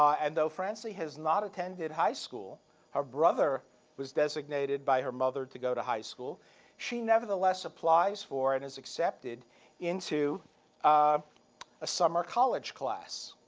um and though francie has not attended high school her brother was designated by her mother to go to high school she nevertheless applies for and is accepted into a summer college class.